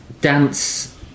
dance